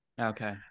Okay